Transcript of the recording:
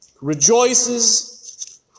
rejoices